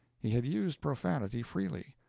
he had used profanity freely,